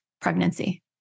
pregnancy